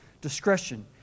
discretion